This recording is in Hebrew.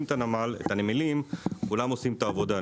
את הנמלים כולם עושים את העבודה.